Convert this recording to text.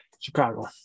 Chicago